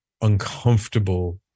uncomfortable